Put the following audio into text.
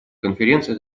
конференции